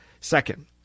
Second